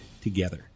together